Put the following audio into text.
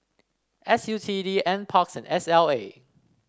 S U T D N parks and S L A